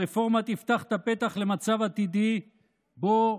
הרפורמה תפתח את הפתח למצב עתידי שבו